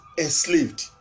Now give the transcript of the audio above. enslaved